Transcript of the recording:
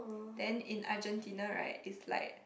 then in Argentina right is like